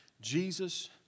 Jesus